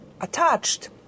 attached